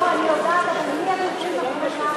אני יודעת, אבל מי הדוברים הבאים?